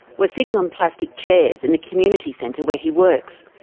we're sitting on plastic chairs in the community centre where he works.